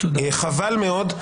חבל מאוד,